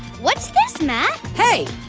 what's this, matt? hey.